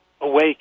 awake